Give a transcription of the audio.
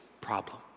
problem